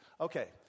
Okay